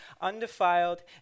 undefiled